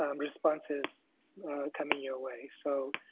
um responses coming your way. so